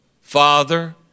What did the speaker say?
Father